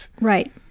Right